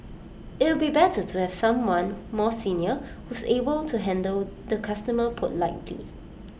it'll be better to have someone more senior who's able to handle the customer politely